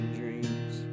dreams